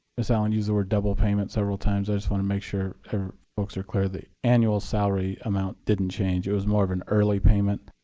ms. allen used the word double payment several times. i just want to make sure folks are clear that the annual salary amount didn't change. it was more of an early payment,